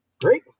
great